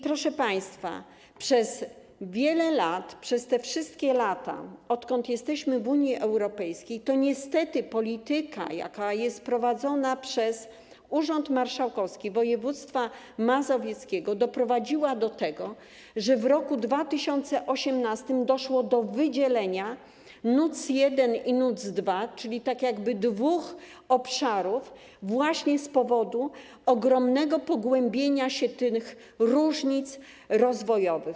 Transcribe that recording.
Proszę państwa, przez wiele lat, przez te wszystkie lata, odkąd jesteśmy w Unii Europejskiej, polityka, jaka jest prowadzona przez Urząd Marszałkowski Województwa Mazowieckiego, niestety doprowadziła do tego, że w roku 2018 doszło do wydzielenia NUTS 1 i NUTS 2, czyli tak jakby dwóch obszarów, właśnie z powodu ogromnego pogłębienia się różnic rozwojowych.